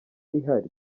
ihari